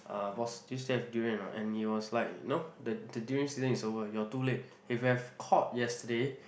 uh boss do you still have durian or not and he was like no the the durian season is over you're too late if you have called yesterday